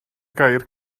gair